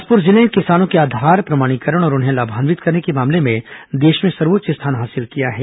बिलासपुर जिले ने ँ किसानों के आधार प्रमाणीकरण और उन्हें लामान्वित करने के मामले में देश में सर्वोच्च स्थान हासिल किया है